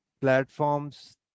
platforms